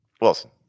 Wilson